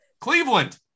Cleveland